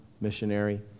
missionary